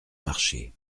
marché